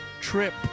trip